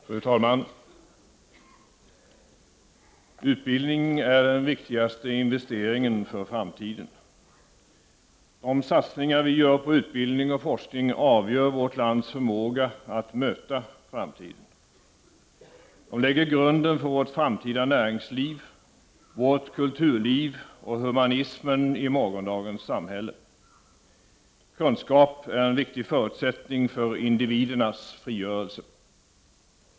Fru talman! Utbildning är den viktigaste investeringen för framtiden. De satsningar vi gör på utbildning och forskning avgör vårt lands förmåga att möta framtiden. De lägger grunden för vårt framtida näringsliv, vårt kulturliv och humanismen i morgondagens samhälle. Kunskap är en viktig förutsättning för individernas frigörelse.